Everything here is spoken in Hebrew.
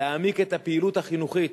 להעמיק את הפעילות החינוכית